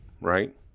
right